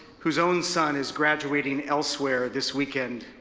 whose own son is graduating elsewhere this weekend,